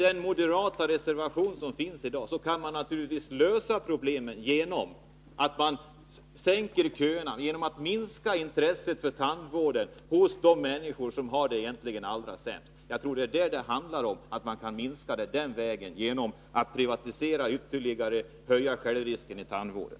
Den moderata reservationen innebär att man skulle lösa köproblemen genom att minska intresset för tandvården hos de människor som har det allra sämst ställt. Jag tror att det är detta som det handlar om. Man vill få till stånd en ytterligare privatisering och därmed höja självrisken inom tandvården.